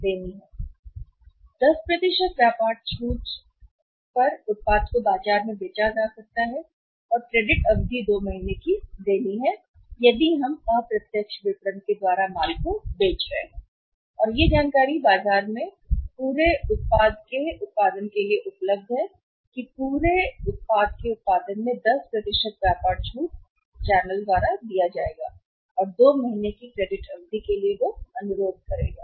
तो 10 व्यापार छूट उत्पाद को बाजार में बेचा जा सकता है और क्रेडिट अवधि दी जानी है 2 महीने है यदि हम अप्रत्यक्ष विपणन के लिए बेच रहे हैं तो यह जानकारी उपलब्ध है बाजार में पूरे उत्पाद का उत्पादन बाजार में 10 व्यापार छूट पर दिया जा सकता है चैनल और फिर वह 2 महीने की क्रेडिट अवधि के लिए अनुरोध कर रहा होगा